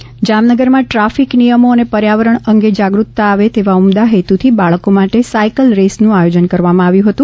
Jamnagar cycle rally જામનગરમાં traffic નિયમો અને પર્યાવરણ અંગે જાગૃતતા આવે તેવા ઉમદા હેતુથી બાળકો માટે સાયકલ રેસનું આયોજન કરવામાં આવ્યું હતું